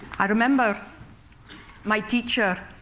i remember my teacher,